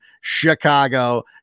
Chicago